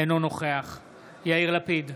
אינו נוכח יאיר לפיד,